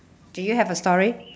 do you have a story